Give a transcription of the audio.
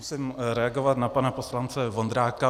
Já musím reagovat na pana poslance Vondráka.